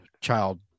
child